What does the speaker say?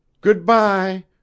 Good-bye